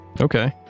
okay